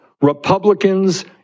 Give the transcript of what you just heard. Republicans